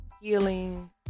healing